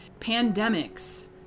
pandemics